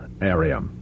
area